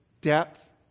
depth